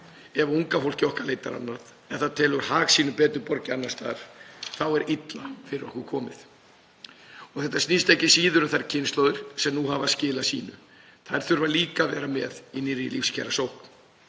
Ef unga fólkið okkar leitar annað, ef það telur hag sínum betur borgið annars staðar, þá er illa fyrir okkur komið. Þetta snýst ekki síður um þær kynslóðir sem nú hafa skilað sínu. Þær þurfa líka að vera með í nýrri lífskjarasókn.